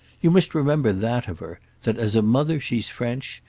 you must remember that of her that as a mother she's french,